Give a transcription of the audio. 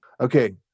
okay